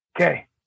Okay